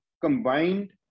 combined